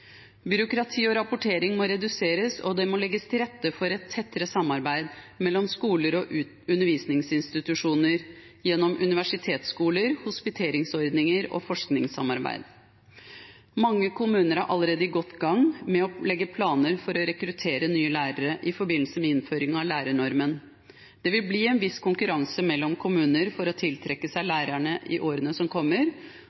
Byråkrati og rapportering må reduseres, og det må legges til rette for et tettere samarbeid mellom skoler og undervisningsinstitusjoner gjennom universitetsskoler, hospiteringsordninger og forskningssamarbeid. Mange kommuner er allerede godt i gang med å legge planer for å rekruttere nye lærere i forbindelse med innføringen av lærernormen. Det vil bli en viss konkurranse mellom kommuner om å tiltrekke seg